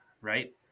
right